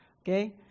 Okay